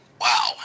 Wow